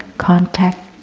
contact,